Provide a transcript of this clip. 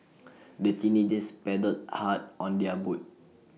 the teenagers paddled hard on their boat